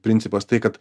principas tai kad